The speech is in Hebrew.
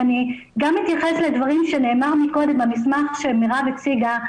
אני גם אתייחס לדברים שנאמרו מקודם והמסמך שמירב הציגה,